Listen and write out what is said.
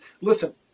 Listen